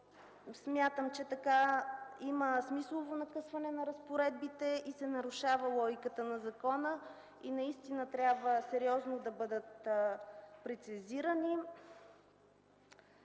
Смятам, че така има смислово накъсване на разпоредбите и се нарушава логиката на закона и наистина трябва сериозно да бъдат прецизирани.